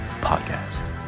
podcast